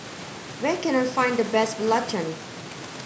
where can I find the best Belacan